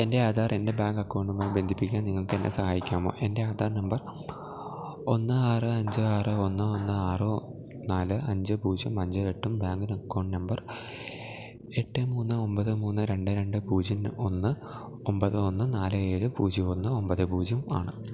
എൻ്റെ ആധാർ എൻ്റെ ബാങ്കക്കൗണ്ടുമായി ബന്ധിപ്പിക്കാൻ നിങ്ങൾക്കെന്നെ സഹായിക്കാമോ എൻ്റെ ആധാർ നമ്പർ ഒന്ന് ആറ് അഞ്ച് ആറ് ഒന്ന് ഒന്ന് ആറ് നാല് അഞ്ച് പൂജ്യം അഞ്ച് എട്ടും ബാങ്കക്കൗണ്ട് നമ്പർ എട്ട് മൂന്ന് ഒമ്പത് മൂന്ന് രണ്ട് രണ്ട് പൂജ്യം ഒന്ന് ഒമ്പത് ഒന്ന് നാല് ഏഴ് പൂജ്യം ഒന്ന് ഒമ്പത് പൂജ്യവും ആണ്